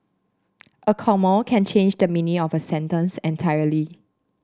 a comma can change the meaning of a sentence entirely